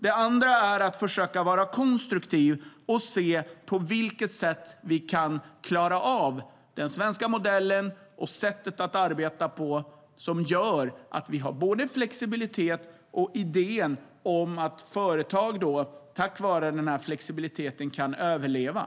Det andra är att försöka vara konstruktiv och se på vilket sätt vi kan klara av den svenska modellen och sättet att arbeta på som gör att vi har både flexibilitet och idén om att företag tack vare denna flexibilitet kan överleva.